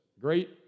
great